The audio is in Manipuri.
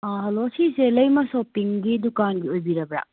ꯍꯂꯣ ꯁꯤꯁꯦ ꯂꯩꯃ ꯁꯣꯞꯄꯤꯡꯒꯤ ꯗꯨꯀꯥꯟꯒꯤ ꯑꯣꯏꯕꯤꯔꯕ꯭ꯔꯥ